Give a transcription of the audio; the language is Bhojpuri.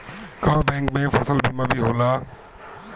का बैंक में से फसल बीमा भी होला?